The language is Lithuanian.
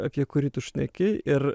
apie kurį tu šneki ir